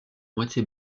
moitié